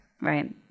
Right